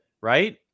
right